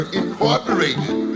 incorporated